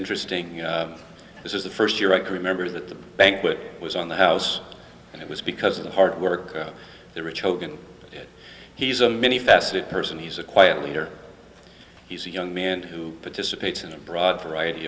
interesting this is the first europe remember that the banquet was on the house and it was because of the hard work of the rich folk and he's a many faceted person he's a quiet leader he's a young man who participates in a broad variety